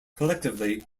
collectively